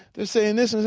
they're saying this.